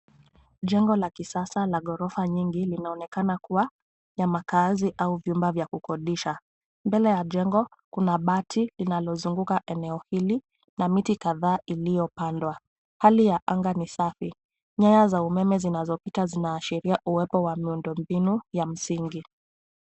Jengo la kisasa la ghorofa nyingi linaonekana kuwa la makazi au vyumba vya kukodisha .Mbele ya jengo Kuna bati linalozunguka eneo hili na miti kadhaa iliyopandwa. Hali ya anga ni safi nyaya za umeme zinazopita zinaashiria uwepo wa miundo mbinu ya msingi.